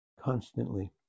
constantly